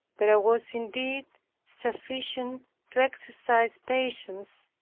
there was indeed sufficient to exercise patience,